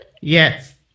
Yes